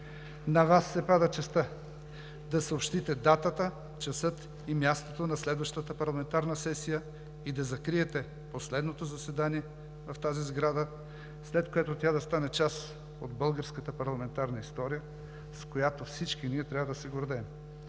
на Вас се пада честта да съобщите датата, часа и мястото на следващата парламентарна сесия и да закриете последното заседание в тази сграда, след което тя да стане част от българската парламентарна история, с която всички ние трябва да се гордеем.